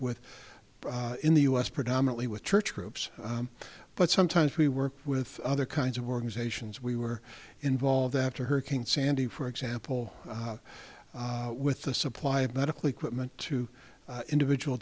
with in the u s predominately with church groups but sometimes we work with other kinds of organizations we were involved after hurricane sandy for example with the supply of medical equipment to individual